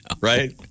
Right